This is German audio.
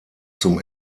zum